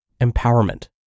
empowerment